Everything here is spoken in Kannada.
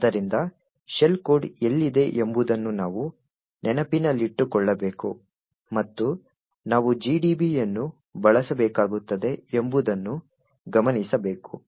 ಆದ್ದರಿಂದ ಶೆಲ್ ಕೋಡ್ ಎಲ್ಲಿದೆ ಎಂಬುದನ್ನು ನಾವು ನೆನಪಿನಲ್ಲಿಟ್ಟುಕೊಳ್ಳಬೇಕು ಮತ್ತು ನಾವು GDBಯನ್ನು ಬಳಸಬೇಕಾಗುತ್ತದೆ ಎಂಬುದನ್ನು ಗಮನಿಸಬೇಕು